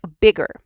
bigger